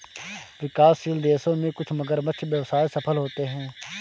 विकासशील देशों में कुछ मगरमच्छ व्यवसाय सफल होते हैं